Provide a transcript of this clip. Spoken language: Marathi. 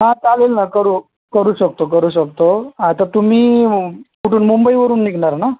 हां चालेल ना करू करू शकतो करू शकतो तर तुम्ही कुठून मुंबईवरून निघणार ना